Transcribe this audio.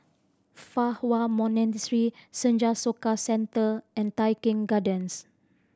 Fa Hua Monastery Senja Soka Center and Tai Keng Gardens